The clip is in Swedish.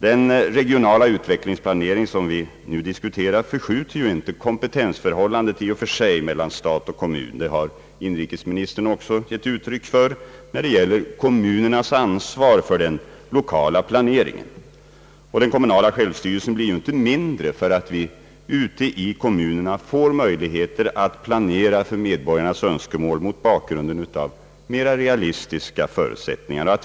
Den regionala utvecklingsplanering som vi nu diskuterar förskjuter inte kompetensförhållandet i och för sig mellan stat och kommun, när det gäller kommunernas ansvar för den kommunala planeringen. Den kommunala självstyrelsen blir inte mindre därför att vi ute i kommunerna får möjligheter att planera för medborgarnas önskemål mot bakgrunden av mera realistiska förutsättningar.